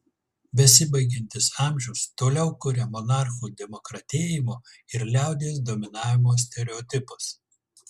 besibaigiantis amžius toliau kuria monarchų demokratėjimo ir liaudies dominavimo stereotipus